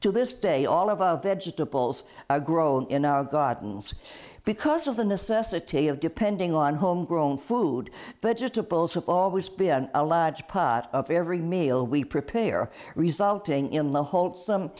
to this day all of our vegetables are grown in our gardens because of the necessity of depending on home grown food but just tipples have always been a large part of every meal we prepare resulting in the whole some